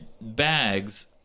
bags